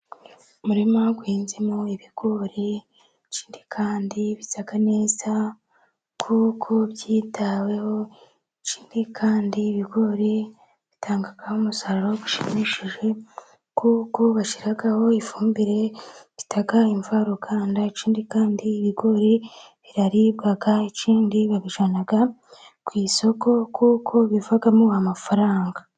Umurima uhinzemo ibigori, ikindi kandi bisa neza kuko byitaweho, ikindi kandi ibigori bitanga umusaruro ushimishije kuko bashyiraho ifumbire bita imvaruganda, ikindi kandi ibigori biraribwa, ikindi babijyana ku isoko, kuko bivamo amafaranga.